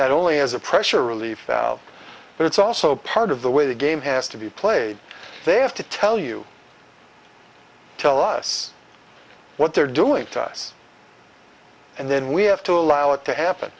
that only as a pressure relief valve but it's also part of the way the game has to be played they have to tell you tell us what they're doing to us and then we have to allow it to happen